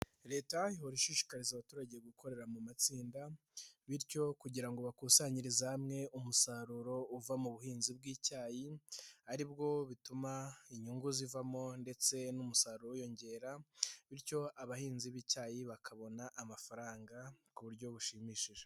Leta ihora ishishikariza abaturage gukorera mu matsinda bityo kugira ngo bakusanyirize hamwe umusaruro uva mu buhinzi bw'icyayi aribwo butuma inyungu zivamo ndetse n'umusaruro wiyongera bityo abahinzi b'icyayi bakabona amafaranga ku buryo bushimishije.